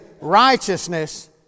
righteousness